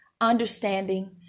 understanding